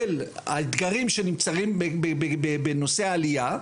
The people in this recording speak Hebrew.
של האתגרים שנוצרים בנושא העלייה.